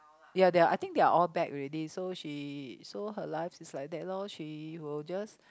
ya they're I think they're all back already so she so her life is like that lor she will just